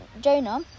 Jonah